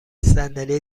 صندلی